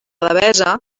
devesa